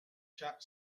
chap